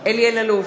אלי אלאלוף,